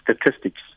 statistics